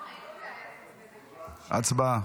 הצבעה.